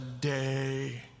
day